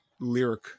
lyric